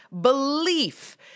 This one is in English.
belief